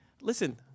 Listen